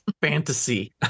fantasy